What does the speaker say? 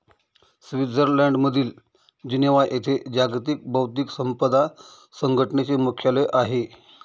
स्वित्झर्लंडमधील जिनेव्हा येथे जागतिक बौद्धिक संपदा संघटनेचे मुख्यालय आहे